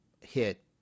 hit